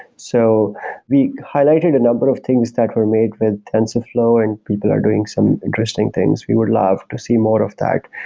so we highlighted a number of things that were made with tensorflow and people are doing some interesting things. we would love to see more of that.